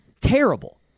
terrible